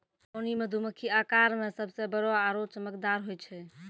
रानी मधुमक्खी आकार मॅ सबसॅ बड़ो आरो चमकदार होय छै